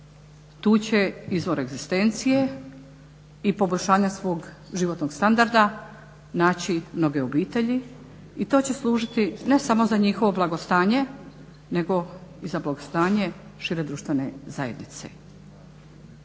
Tu će izvor egzistencije i poboljšanja svog životnog standarda naći mnoge obitelji i to će služiti ne samo za njihovo blagostanje nego i za blagostanje šire društvene zajednice.